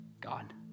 God